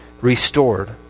restored